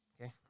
Okay